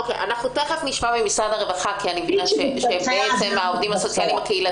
תכף נשמע את משרד הרווחה כי אני מבינה שהעובדים הסוציאליים הקהילתיים,